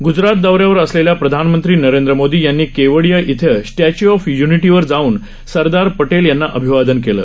गुजराथ दौऱ्यावर असलेल्या प्रधानमंत्री नरेंद्र मोदी यांनी केवाडिया क्वे स्टॅच्यू ऑफ यूनिटी वर जाऊन सरदार पटेल यांना अभिवादन केलं